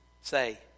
say